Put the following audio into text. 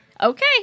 Okay